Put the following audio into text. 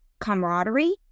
camaraderie